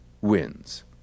wins